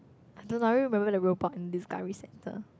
I don't know I only remember the rail park in discovery centre